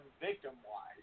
victim-wise